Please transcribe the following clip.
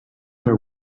are